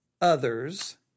others